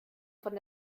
von